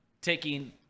taking